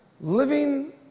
living